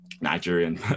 Nigerian